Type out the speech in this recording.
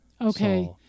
Okay